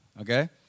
okay